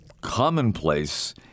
commonplace